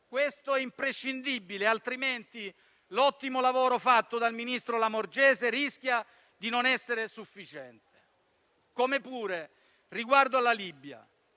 questo è imprescindibile, altrimenti l'ottimo lavoro fatto dal ministro Lamorgese rischia di non essere sufficiente. Riguardo alla Libia